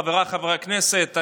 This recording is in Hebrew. חבריי חברי הכנסת,